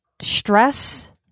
stress